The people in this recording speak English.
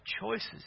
choices